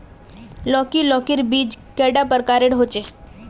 लौकी लौकीर बीज कैडा प्रकारेर होचे?